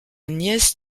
nièce